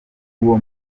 uwo